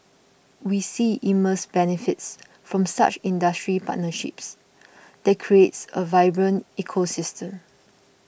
we see immense benefits from such industry partnerships that creates a vibrant ecosystem